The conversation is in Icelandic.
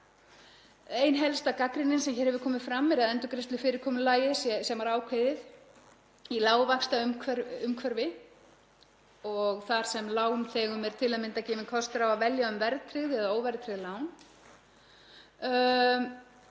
Ein helsta gagnrýnin sem hér hefur komið fram er á endurgreiðslufyrirkomulagið. Það var ákveðið í lágvaxtaumhverfi og er lánþegum til að mynda gefinn kostur á að velja um verðtryggð eða óverðtryggð lán.